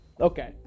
okay